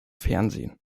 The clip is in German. fernsehen